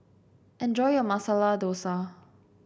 enjoy your Masala Dosa